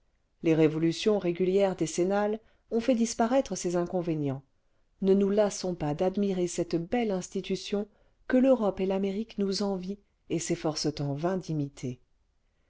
les révolutions régulières décennales ont fait disparaître ces inconvénients ne nous lassons pas d'admirer cette belle institution que l'europe et l'amérique nous envient et s'efforcent en